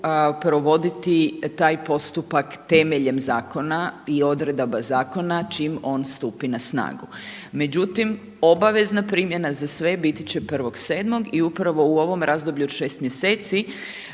provoditi taj postupak temeljem zakona i odredaba zakona čim on stupi na snagu. Međutim, obavezna primjena za sve biti će 1.7. i upravo u ovom razdoblju od 6 mjeseci